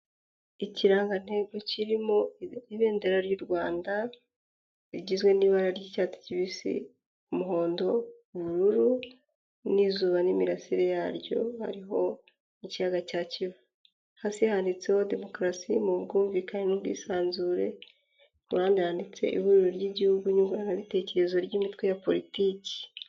Ikirangantego kirimo ibendera ry'u Rwanda rigizwe n'ibara ry'icyatsi kibisi, umuhondo, ubururu n'izuba n'imirasire yaryo, hariho ikiyaga cya Kivu. Hasi handitseho demokarasi mu bwumvikane n'ubwisanzure, kuruhande handitse ihuriro ry'igihugu nyunguranabitekerezo ry'imitwe ya politiki.